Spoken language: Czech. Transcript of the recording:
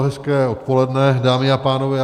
Hezké odpoledne, dámy a pánové.